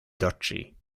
duchy